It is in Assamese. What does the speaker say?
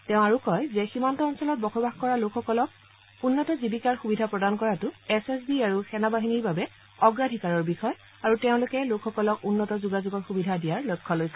তেওঁ কয় যে সীমান্ত অঞ্চলত বসবাস কৰা লোকসকলক উন্নত জীৱিকা সুবিধা প্ৰদান কৰাটো এছ এছ বি আৰু সেনাবাহিনীৰ বাবে অগ্ৰাধিকাৰৰ বিষয় আৰু তেওঁলোকে লোকসকলক উন্নত যোগাযোগৰ সুবিধা দিয়াৰ লক্ষ্য লৈছে